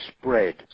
spread